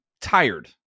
tired